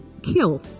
kill